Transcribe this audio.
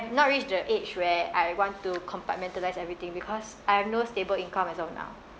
I've not reached the age where I want to compartmentalise everything because I have no stable income as of now